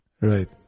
Right